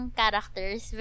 characters